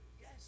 yes